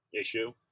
issue